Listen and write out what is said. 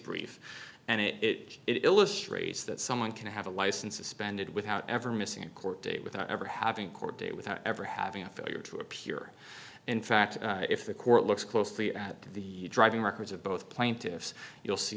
brief and it it it illustrates that someone can have a license suspended without ever missing a court date without ever having court date without ever having a failure to appear in fact if the court looks closely at the driving records of both plaintiffs you'll see